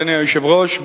אדוני היושב-ראש,